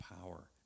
power